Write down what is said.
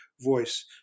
Voice